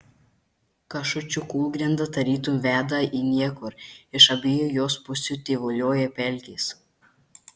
kašučių kūlgrinda tarytum veda į niekur iš abiejų jos pusių tyvuliuoja pelkės